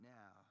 now